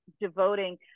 devoting